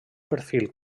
perfil